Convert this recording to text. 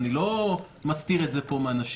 אני לא מסתיר את זה פה מאנשים.